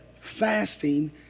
fasting